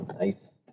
Nice